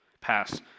pass